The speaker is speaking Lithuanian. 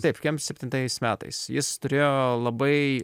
taip kem septintais metais jis turėjo labai